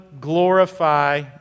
glorify